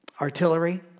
artillery